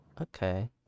Okay